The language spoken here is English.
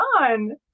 on